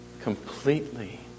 completely